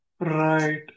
Right